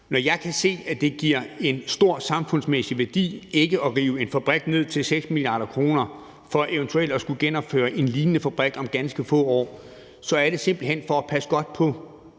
Når jeg kan se, at det giver en stor samfundsmæssig værdi ikke at rive en fabrik til 6 mia. kr. ned for eventuelt at skulle genopføre en lignende fabrik om ganske få år, så er det simpelt hen for at passe godt på